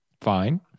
fine